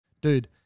dude